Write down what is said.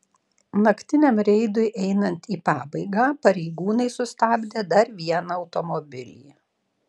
naktiniam reidui einant į pabaigą pareigūnai sustabdė dar vieną automobilį